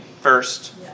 first